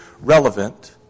relevant